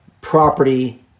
property